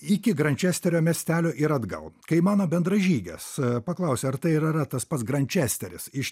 iki grančesterio miestelio ir atgal kai mano bendražygės paklausė ar tai ir yra tas pats grančesteris iš